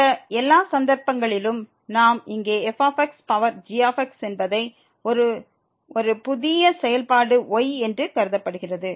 இந்த எல்லா சந்தர்ப்பங்களிலும் இங்கே f பவர் g என்பது ஒரு ஒரு புதிய செயல்பாடு y என்று கருதப்படுகிறது